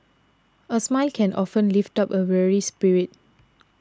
a smile can often lift up a weary spirit